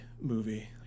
movie